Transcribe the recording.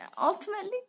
ultimately